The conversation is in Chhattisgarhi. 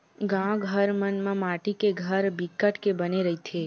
गाँव घर मन म माटी के घर बिकट के बने रहिथे